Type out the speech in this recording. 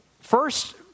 first